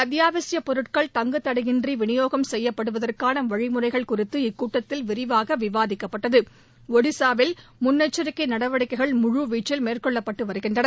அத்தியாவசிய பொருட்கள் தங்கு தடையின்றி விநியோகம் செய்யப்படுவதற்கான வழிமுறைகள் குறித்து இக்கூட்டத்தில் விரிவாக விவாதிக்கப்பட்டது ஒடிசாவில் முன்னெச்சரிக்கை நடவடிக்கைகள் முழு வீச்சில் மேற்கொள்ளப்பட்டு வருகின்றன